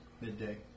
Midday